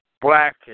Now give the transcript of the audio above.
black